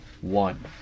one